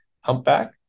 humpback